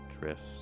drifts